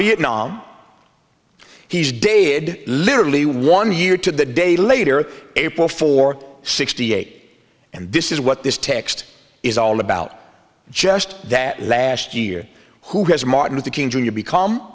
vietnam he's david literally one year to the day later april for sixty eight and this is what this text is all about just that last year who has martin luther king jr become